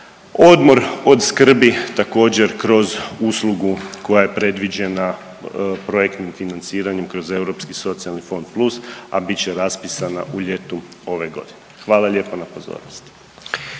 odmor od skrbi također kroz uslugu koja je predviđena projektnim financiranjem kroz Europski socijalni fond plus, a bit će raspisana u ljetu ove godine. Hvala lijepa na pozornosti.